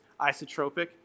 isotropic